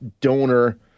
Donor